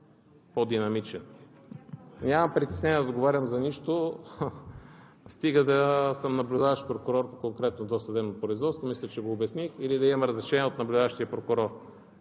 по-динамичен. Няма притеснения да отговарям за нищо, стига да съм наблюдаващ прокурор по конкретно досъдебно производство – мисля, че го обясних, или да имам разрешение от наблюдаващия прокурор.